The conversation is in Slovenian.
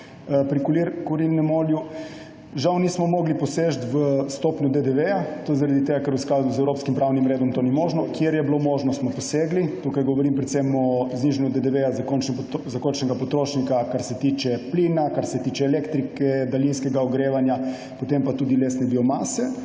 maržo pri kurilnem olju. Žal nismo mogli poseči v stopnjo DDV tudi zaradi tega, ker v skladu z evropskim pravnim redom to ni možno. Kjer je bilo možno, smo posegli. Tukaj govorim predvsem o znižanju DDV za končnega potrošnika, kar se tiče plina, kar se tiče elektrike, daljinskega ogrevanja pa tudi lesne biomase.